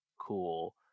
cool